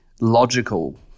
logical